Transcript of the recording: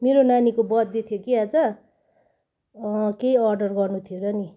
मेरो नानीको birthday थियो कि आज केही अर्डर गर्नु थियो र नि